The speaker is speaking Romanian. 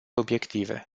obiective